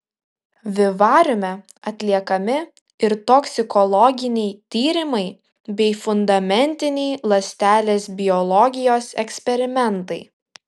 vivariume atliekami ir toksikologiniai tyrimai bei fundamentiniai ląstelės biologijos eksperimentai